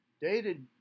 Dated